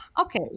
Okay